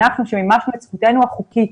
אנחנו שמימשנו את זכותנו החוקית,